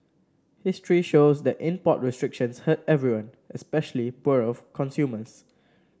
history shows that import restrictions hurt everyone especially poorer consumers